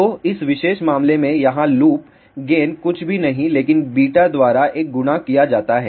तो इस विशेष मामले में यहां लूप गेन कुछ भी नहीं लेकिन β द्वारा एक गुणा किया जाता है